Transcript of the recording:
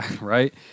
right